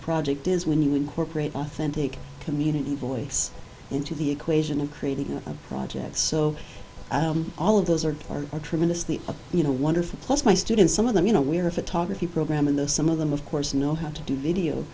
project is when you incorporate authentic community voice into the equation of creating a project so all of those are are are tremendously you know wonderful plus my students some of them you know we're a photography program and the some of them of course know how to do video